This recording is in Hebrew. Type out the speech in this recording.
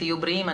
תהיו בריאים.